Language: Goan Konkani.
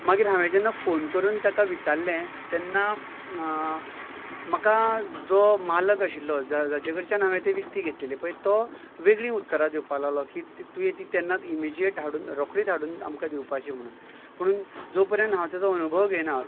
मागीर हांवें जेन्ना फोन करून ताका विचारलें तेन्ना म्हाका जो मालक आशिल्लो जा जाचे कडच्यान हांवें ती विकती घेतिल्ली पळय तो वेगळी उतरां दिवपा लागलो की तुवें ती तेन्नाच इमिडीयेट हाडून रोखडीच हाडून आमकां दिवपाची म्हणून पुणून जो पर्यंत हांव ताचो अणभव घेना